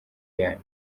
yanyu